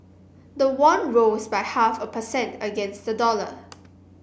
the won rose by half a per cent against the dollar